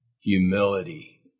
humility